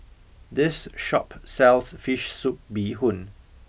this shop sells Fish Soup Bee Hoon